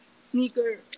sneaker